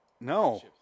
No